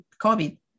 COVID